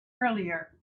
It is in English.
earlier